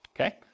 Okay